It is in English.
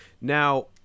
Now